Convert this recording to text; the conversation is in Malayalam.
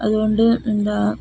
അതുകൊണ്ട് എന്താണ്